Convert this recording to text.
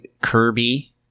Kirby